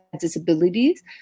disabilities